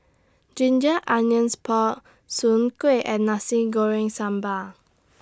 Ginger Onions Pork Soon Kueh and Nasi Goreng Sambal